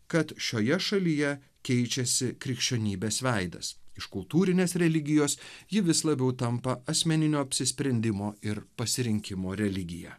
kad šioje šalyje keičiasi krikščionybės veidas iš kultūrinės religijos ji vis labiau tampa asmeninio apsisprendimo ir pasirinkimo religija